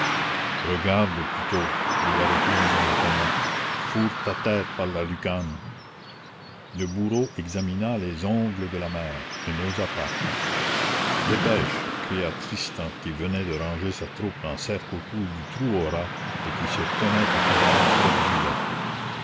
regarde plutôt dit la recluse en ricanant fourre ta tête par la lucarne le bourreau examina les ongles de la mère et n'osa pas dépêche cria tristan qui venait de ranger sa troupe en cercle autour du trou aux rats et qui se tenait à cheval près du gibet